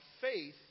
faith